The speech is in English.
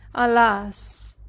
alas!